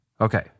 Okay